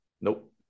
Nope